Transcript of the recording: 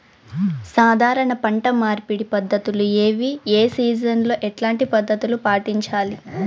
సాధారణ పంట మార్పిడి పద్ధతులు ఏవి? ఏ సీజన్ లో ఎట్లాంటి పద్ధతులు పాటించాలి?